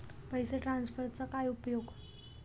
पैसे ट्रान्सफरचा काय उपयोग?